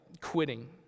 quitting